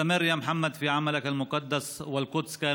(אומר בערבית: המשך בעבודתך המקודשת, מוחמד.